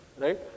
right